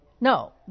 No